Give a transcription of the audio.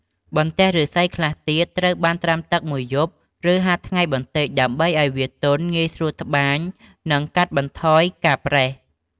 បន្ទះឫស្សីខ្លះទៀតត្រូវបានត្រាំទឹកមួយយប់ ឬហាលថ្ងៃបន្តិច ដើម្បីឱ្យវាទន់ ងាយស្រួលត្បាញ និងកាត់បន្ថយការប្រេះ។